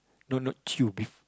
no no chew beef